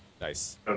Nice